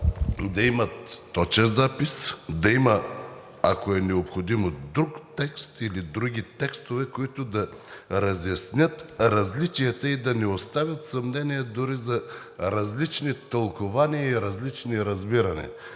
да имат точен запис, да има, ако е необходимо, друг текст или други текстове, които да разяснят различията и да не оставят съмнения дори за различни тълкувания и различни разбирания.